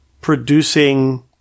producing